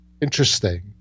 interesting